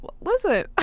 Listen